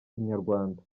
inyarwanda